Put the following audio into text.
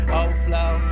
overflow